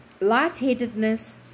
lightheadedness